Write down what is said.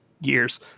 years